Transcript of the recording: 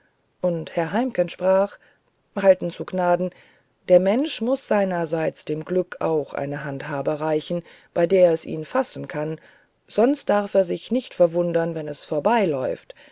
und herr heimken sprach halten zu gnaden der mensch muß seinerseits dem glück auch eine handhabe reichen bei der es ihn fassen kann sonst darf er sich nicht verwundern wenn es vorbeiläuft